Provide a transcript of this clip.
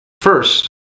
First